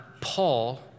Paul